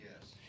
Yes